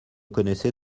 connaissez